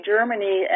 Germany